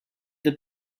that